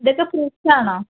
ഇതൊക്ക ഫ്രഷാണോ